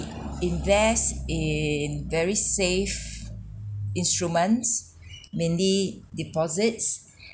invest in very safe instruments mainly deposits